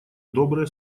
добрые